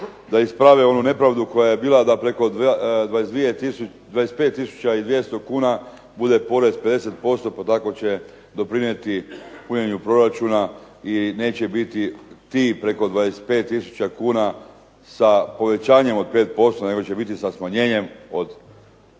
da isprave onu nepravdu koja je bila, da preko 25 tisuća i 200 kuna bude porez 50% pa tako će doprinijeti punjenju proračuna i neće biti ti preko 25 tisuća kuna sa povećanjem od 5%, nego će biti sa smanjenjem od 5%